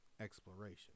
Exploration